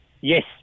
Yes